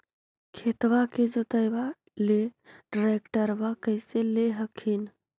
खेतबा के जोतयबा ले ट्रैक्टरबा कैसे ले हखिन?